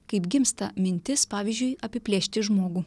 kaip gimsta mintis pavyzdžiui apiplėšti žmogų